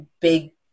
big